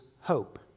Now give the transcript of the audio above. hope